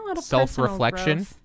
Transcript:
self-reflection